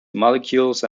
molecules